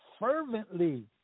fervently